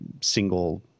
single